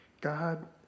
God